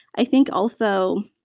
i think also